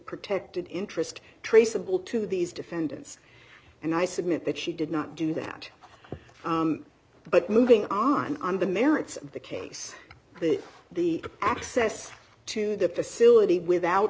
protected interest traceable to these defendants and i submit that she did not do that but moving on on the merits of the case the access to the facility without